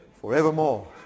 forevermore